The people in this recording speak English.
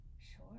Sure